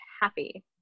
Happy